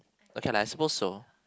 okay lah I suppose so